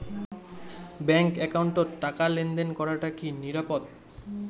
Bank একাউন্টত টাকা লেনদেন করাটা কি নিরাপদ?